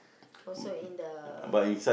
also in the